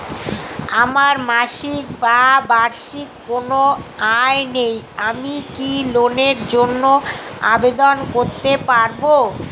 আমার মাসিক বা বার্ষিক কোন আয় নেই আমি কি লোনের জন্য আবেদন করতে পারব?